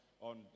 on